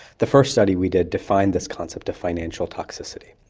the first study we did defined this concept of financial toxicity.